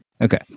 Okay